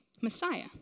messiah